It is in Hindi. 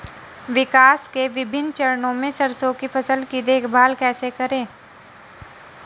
विकास के विभिन्न चरणों में सरसों की फसल की देखभाल कैसे करें?